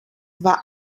war